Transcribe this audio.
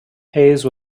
hays